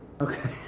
Okay